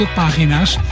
pagina's